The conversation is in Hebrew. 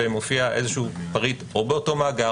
ומופיע איזה פריט או באותו מאגר,